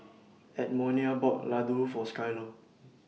Edmonia bought Ladoo For Skyler